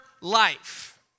life